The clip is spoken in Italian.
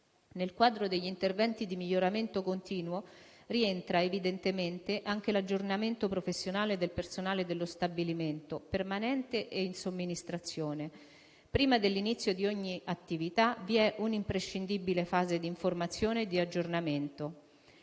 Nel quadro degli interventi di miglioramento continuo rientra evidentemente anche l'aggiornamento professionale del personale dello stabilimento, permanente e in somministrazione. Prima dell'inizio di ogni attività vi è un'imprescindibile fase di informazione e di aggiornamento.